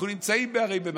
הרי אנחנו נמצאים במשבר.